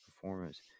performance